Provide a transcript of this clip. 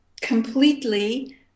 completely